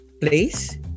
place